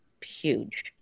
huge